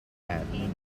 badminton